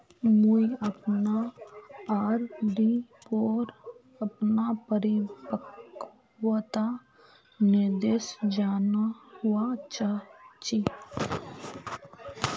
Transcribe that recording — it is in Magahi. मुई अपना आर.डी पोर अपना परिपक्वता निर्देश जानवा चहची